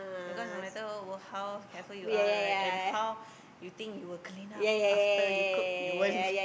because no matter how careful you are right and how you think you will clean up after you cook you won't